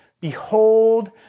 Behold